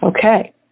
Okay